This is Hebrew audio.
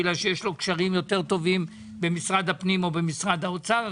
בגלל שיש לו קשרים יותר טובים במשרד הפנים או במשרד האוצר,